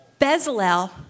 Bezalel